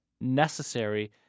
necessary